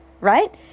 right